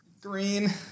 Green